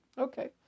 Okay